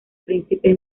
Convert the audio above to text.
príncipe